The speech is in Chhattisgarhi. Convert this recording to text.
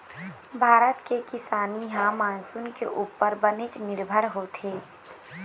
भारत के किसानी ह मानसून के उप्पर बनेच निरभर होथे